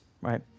right